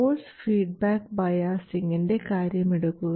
source feedback ബയാസിംഗിൻറെ കാര്യമെടുക്കുക